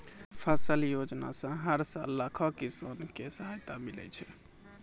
फसल योजना सॅ हर साल लाखों किसान कॅ सहायता मिलै छै